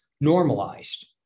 normalized